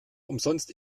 umsonst